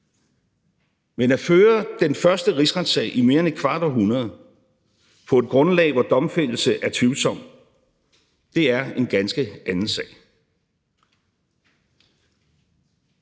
Men at føre den første rigsretssag i mere end et kvart århundrede på et grundlag, hvor domfældelse er tvivlsom, er en ganske anden sag.